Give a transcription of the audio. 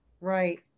Right